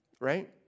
right